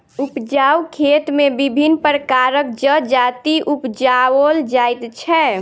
उपजाउ खेत मे विभिन्न प्रकारक जजाति उपजाओल जाइत छै